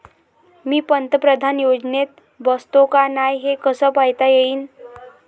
मी पंतप्रधान योजनेत बसतो का नाय, हे कस पायता येईन?